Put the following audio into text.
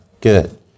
Good